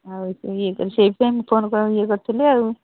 ଆଉ ଇଏକରି ସେଇଥିପାଇଁ ମୁଁ ଫୋନ୍ ଇଏ କରିଥିଲି ଆଉ